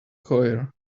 choir